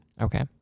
Okay